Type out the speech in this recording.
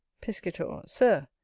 piscator. sir,